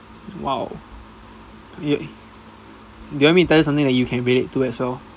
!wow! you you want me to tell you something that you can relate to as well